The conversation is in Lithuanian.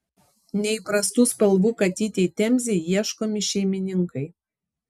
neįprastų spalvų katytei temzei ieškomi šeimininkai